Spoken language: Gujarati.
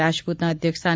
રાજપૂતના અધ્ય ક્ષ સ્થા